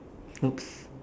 !oops!